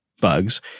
bugs